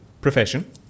Profession